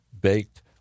baked